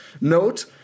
note